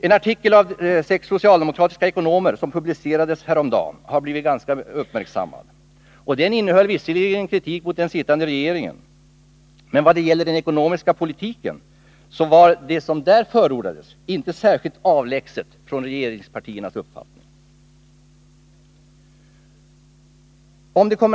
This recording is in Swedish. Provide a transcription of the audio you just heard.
En artikel av sex socialdemokratiska ekonomer, som publicerades häromdagen och som har blivit ganska uppmärksammad, innehöll visserligen kritik även mot den sittande regeringen, men när det gällde den ekonomiska politiken var det som där förordades inte särskilt avlägset från regeringspartiernas uppfattning.